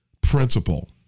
Principle